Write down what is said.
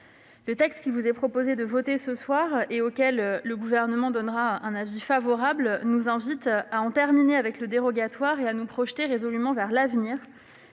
Le texte qu'il vous est proposé de voter cet après-midi et auquel le Gouvernement donnera un avis favorable nous invite à l'inverse à en terminer avec le dérogatoire et à nous projeter résolument vers l'avenir,